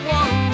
one